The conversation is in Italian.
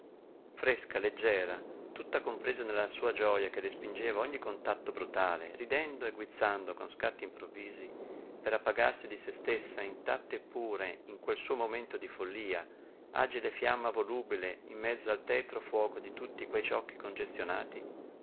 fresca leggera tutta compresa nella sua gioja che respingeva ogni contatto brutale ridendo e guizzando con scatti improvvisi per appagarsi di se stessa intatta e pura in quel suo momento di follia agile fiamma volubile in mezzo al tetro fuoco di tutti quei ciocchi congestionati